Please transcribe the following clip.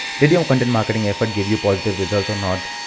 did your content marketing efforts give you positive result or not?